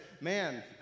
man